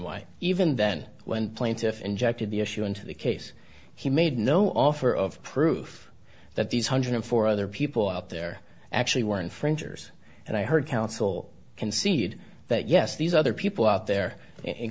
why even then when plaintiffs injected the issue into the case he made no offer of proof that these hundred and four other people out there actually were infringers and i heard counsel concede that yes these other people out there